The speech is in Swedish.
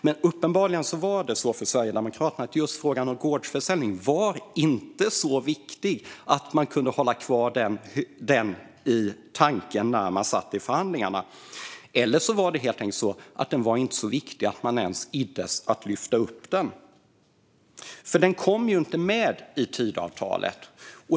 Men uppenbarligen var det så för Sverigedemokraterna att just frågan om gårdsförsäljning inte var så viktig att de kunde hålla kvar den i tanken när de satt i förhandlingarna. Eller också var det helt enkelt så att den inte var så viktig att de ens iddes lyfta upp den. Den kom nämligen inte med i Tidöavtalet.